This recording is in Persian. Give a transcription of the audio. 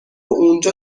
اونجا